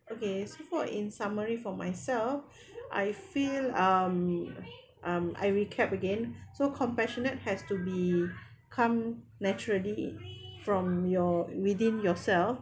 okay so for in summary for myself I feel um you know um I recap again so compassionate has to be come naturally from your within yourself